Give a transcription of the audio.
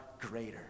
greater